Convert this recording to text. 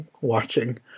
watching